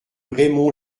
raymond